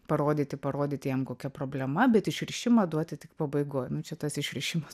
parodyti parodyti jam kokia problema bet išrišimą duoti tik pabaigoj nu čia tas išrišimas